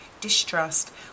distrust